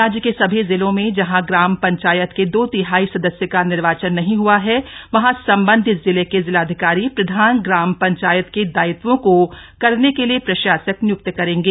राज्य के सभी जिलों में जहां ग्राम पंचायत के दो तिहाई सदस्य का निर्वाचन नहीं हुआ है वहां संबंधित जिले के जिलाधिकारी प्रधान ग्राम पंचायत के दायित्वों को करने के लिए प्रशासक नियुक्त करेंगे